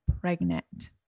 pregnant